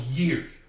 years